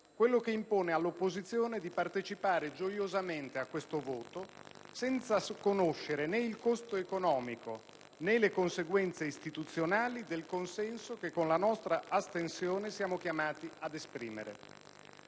quello che impone all'opposizione di partecipare gioiosamente a questo voto, senza conoscere né il costo economico, né le conseguenze istituzionali del consenso che con la nostra astensione siamo chiamati ad esprimere.